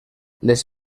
les